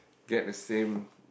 get the same